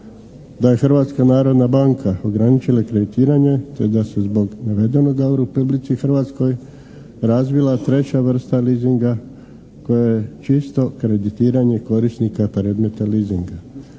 da je Hrvatska narodna banka ograničila i kreditiranje tj. da se zbog navednoga u Republici Hrvatskoj razvila treća vrsta leasinga koja je čisto kreditiranje korisnika predmeta leasinga.